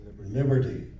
liberty